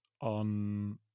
on